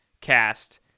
cast